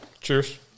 Cheers